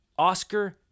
Oscar